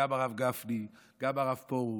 גם הרב גפני, גם הרב פרוש,